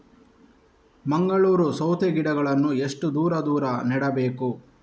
ಮಂಗಳೂರು ಸೌತೆ ಗಿಡಗಳನ್ನು ಎಷ್ಟು ದೂರ ದೂರ ನೆಡಬೇಕು?